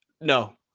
No